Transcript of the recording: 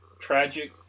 tragic